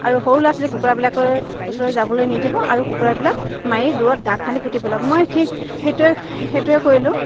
আৰু সৰু ল'ৰা ছোৱালী কুকুৰাবিলাকৰ ওচৰলৈ যাবলৈ নিদিব আৰু কুকুৰাবিলাক মাৰি দূৰত গাঁত খান্দি পুতি পেলাওক মই ঠিক সেইটোৱে সেইটোৱে কৰিলোঁ